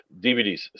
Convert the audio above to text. DVDs